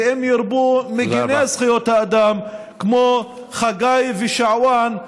ואם ירבו מגיני זכויות האדם כמו חגי ושעואן,